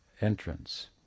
entrance